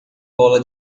bola